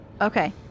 Okay